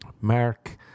Mark